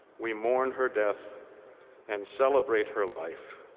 we mourn her death and celebrate her life.